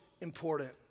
important